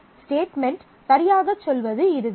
statement சரியாகச் சொல்வது இதுதான்